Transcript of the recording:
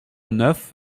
neuf